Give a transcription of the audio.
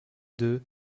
deux